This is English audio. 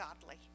godly